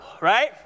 right